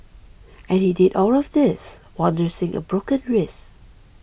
and he did all of this while nursing a broken wrist